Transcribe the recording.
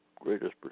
greatest